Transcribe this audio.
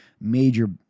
major